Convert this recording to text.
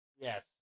Yes